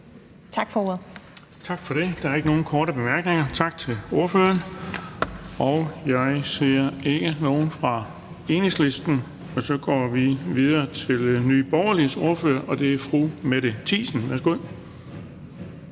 Tak for ordet.